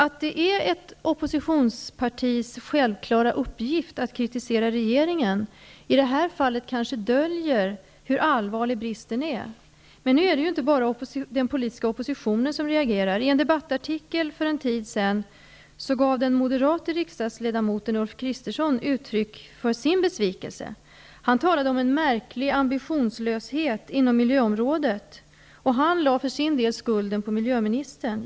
Att det är ett oppositionspartis självklara uppgift att kritisera regeringen döljer kanske i det här fallet hur allvarlig bristen är. Nu är det ju inte bara den politiska oppositionen som har reagerat. I en debattartikel för en tid sedan gav den moderate riksdagsledamoten Ulf Kristersson uttryck för sin besvikelse. Han talade om en märklig ambitionslöshet inom miljöområdet och lade för sin del skulden på miljöministern.